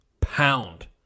pound